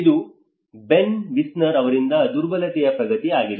ಇದು Ben Wisner ಅವರಿಂದ ದುರ್ಬಲತೆಯ ಪ್ರಗತಿ ಆಗಿದೆ